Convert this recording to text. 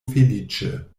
feliĉe